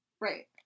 Right